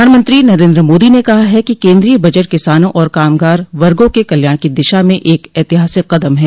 प्रधानमंत्री नरेन्द्र मोदी ने कहा है कि केन्द्रीय बजट किसानों और कामगार वर्गों के कल्याण की दिशा में एक ऐतिहासिक कदम है